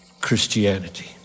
Christianity